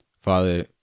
Father